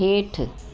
हेठि